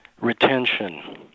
Retention